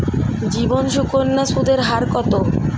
জীবন সুকন্যা সুদের হার কত?